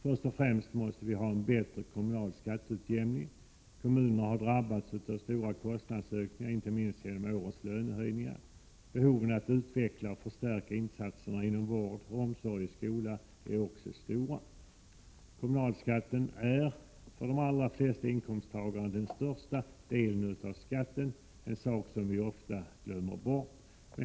Först och främst behövs en bättre kommunal skatteutjämning. Kommunerna har drabbats av stora kostnadsökningar, inte minst genom årets lönehöjningar. Behovet att utveckla och förstärka insatserna inom vård, omsorg och skola är också stort. Kommunalskatten är för de allra flesta inkomsttagare den största delen av skatten, en sak som vi ofta glömmer bort.